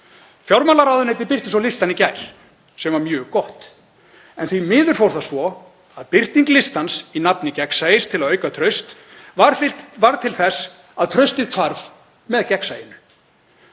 Fjármálaráðuneytið birti svo listann í gær, sem var mjög gott, en því miður fór það svo að birting listans í nafni gegnsæis, til að auka traust, varð til þess að traustið hvarf með gegnsæinu.